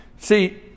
See